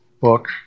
book